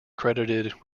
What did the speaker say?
credited